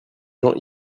jean